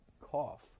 cough